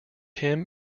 him